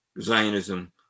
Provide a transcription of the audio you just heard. zionism